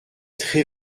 très